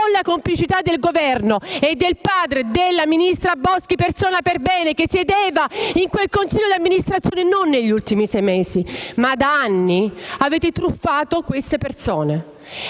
con la complicità del Governo e con il padre della ministra Boschi, persona perbene, che sedeva in quel consiglio di amministrazione da anni, e non negli ultimi sei mesi, avete truffato quelle persone